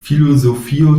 filozofio